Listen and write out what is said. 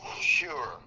Sure